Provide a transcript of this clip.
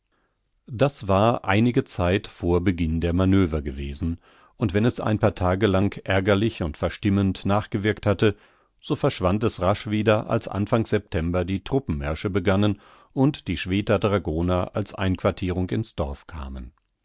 das war einige zeit vor beginn der manöver gewesen und wenn es ein paar tage lang ärgerlich und verstimmend nachgewirkt hatte so verschwand es rasch wieder als anfang september die truppenmärsche begannen und die schwedter dragoner als einquartierung ins dorf kamen